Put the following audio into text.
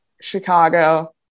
Chicago